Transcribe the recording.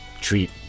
treat